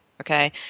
Okay